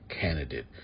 candidate